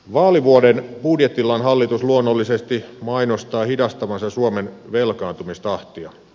vaalivuoden budjetillaan hallitus luonnollisesti mainostaa hidastavansa suomen velkaantumistahtia